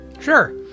Sure